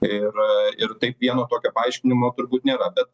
ir ir taip vieno tokio paaiškinimo turbūt nėra bet